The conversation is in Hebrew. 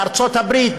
בארצות הברית,